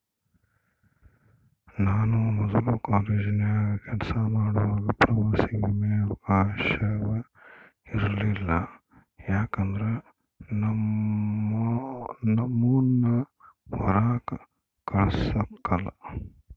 ನಾನು ಮೊದ್ಲು ಕಾಲೇಜಿನಾಗ ಕೆಲಸ ಮಾಡುವಾಗ ಪ್ರವಾಸ ವಿಮೆಯ ಅವಕಾಶವ ಇರಲಿಲ್ಲ ಯಾಕಂದ್ರ ನಮ್ಮುನ್ನ ಹೊರಾಕ ಕಳಸಕಲ್ಲ